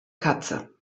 katze